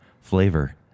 flavor